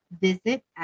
visit